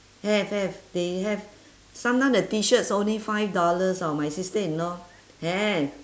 have have they have sometime the T-shirts only five dollars hor my sister in law have